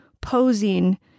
posing